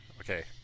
Okay